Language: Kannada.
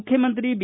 ಮುಖ್ಯಮಂತ್ರಿ ಬಿ